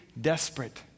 desperate